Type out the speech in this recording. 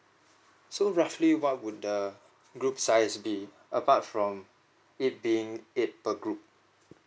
so roughly what would the group size be apart from it being eight per group